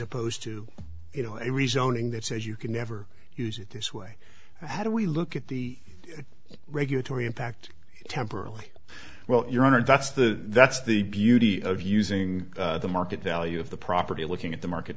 opposed to rezone ing that says you can never use it this way how do we look at the regulatory impact temporally well your honor that's the that's the beauty of using the market value of the property looking at the market